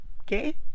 okay